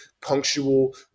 punctual